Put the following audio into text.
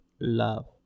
love